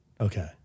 Okay